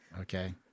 Okay